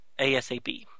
ASAP